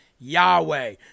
Yahweh